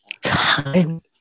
time